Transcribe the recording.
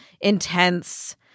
intense